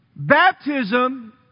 Baptism